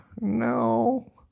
No